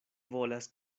volas